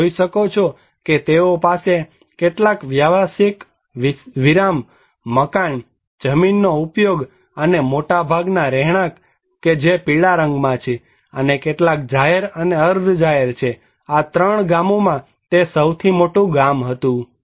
તમે જોઈ શકો છો કે તેઓ પાસે કેટલાક વ્યવસાયિક વિરામ મકાન જમીનનો ઉપયોગ અને મોટાભાગના રહેણાંક કે જે પીળા રંગમાં છે અને કેટલાક જાહેર અને અર્ધ જાહેર છે આ ત્રણ ગામોમાં તે સૌથી મોટું ગામ હતું